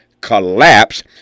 collapse